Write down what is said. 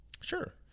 Sure